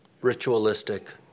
ritualistic